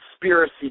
conspiracy